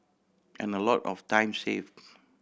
and a lot of time saved